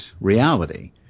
reality